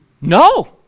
No